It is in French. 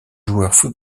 joueur